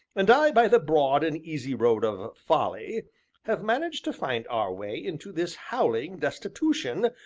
and i by the broad and easy road of folly have managed to find our way into this howling destitution,